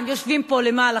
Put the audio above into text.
הם יושבים פה למעלה,